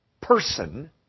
person